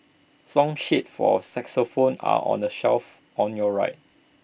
song sheets for xylophones are on the shelf on your right